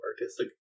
artistic